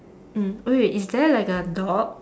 mm oh wait is there like a dog